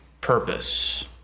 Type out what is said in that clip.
purpose